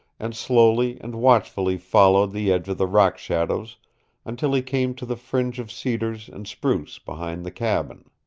and slowly and watchfully followed the edge of the rock-shadows until he came to the fringe of cedars and spruce behind the cabin.